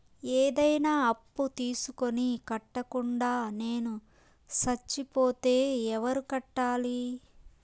ఏదైనా అప్పు తీసుకొని కట్టకుండా నేను సచ్చిపోతే ఎవరు కట్టాలి?